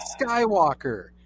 Skywalker